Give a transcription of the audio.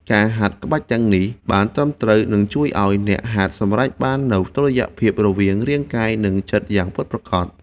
ការហាត់ក្បាច់ទាំងនេះបានត្រឹមត្រូវ នឹងជួយឱ្យអ្នកហាត់សម្រេចបាននូវតុល្យភាពរវាងរាងកាយ និងចិត្តយ៉ាងពិតប្រាកដ។